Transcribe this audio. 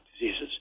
diseases